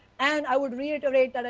and i would reiterate, but